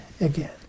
again